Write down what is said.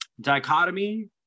dichotomy